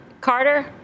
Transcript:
Carter